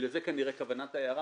לזה כנראה כוונת ההערה,